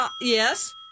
Yes